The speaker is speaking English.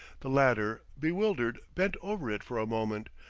the latter, bewildered, bent over it for a moment,